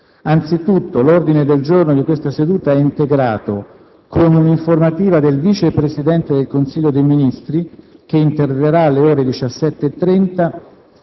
Anzitutto l'ordine del giorno di questa seduta è integrato con un'informativa del Vice Presidente del Consiglio dei ministri - che interverrà alle ore 17,30